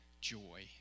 joy